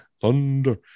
Thunder